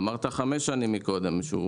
אמרת חמש שנים קודם.